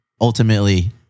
ultimately-